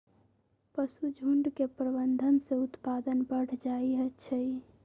पशुझुण्ड के प्रबंधन से उत्पादन बढ़ जाइ छइ